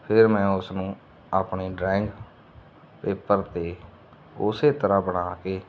ਫਿਰ ਮੈਂ ਉਸ ਨੂੰ ਆਪਣੀ ਡਰਾਇੰਗ ਪੇਪਰ 'ਤੇ ਉਸ ਤਰ੍ਹਾਂ ਬਣਾ ਕੇ